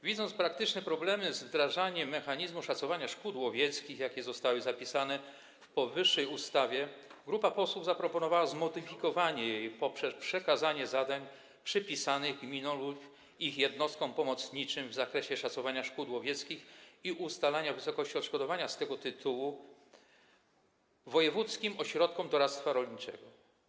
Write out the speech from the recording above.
Widząc praktyczne problemy związane z wdrażaniem mechanizmu szacowania szkód łowieckich, jakie zostały zapisane w wymienionej ustawie, grupa posłów zaproponowała zmodyfikowanie jej poprzez przekazanie zadań przypisanych gminom lub ich jednostkom pomocniczym w zakresie szacowania szkód łowieckich i ustalania wysokości odszkodowania z tego tytułu wojewódzkim ośrodkom doradztwa rolniczego.